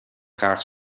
graag